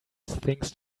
things